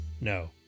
no